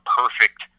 perfect